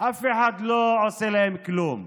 אף אחד לא עושה להם כלום,